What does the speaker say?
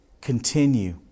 Continue